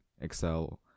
Excel